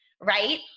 right